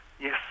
Yes